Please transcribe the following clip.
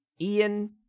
Ian